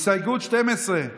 הסתייגות 12,